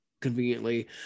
conveniently